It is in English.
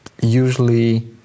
usually